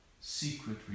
secret